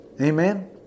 Amen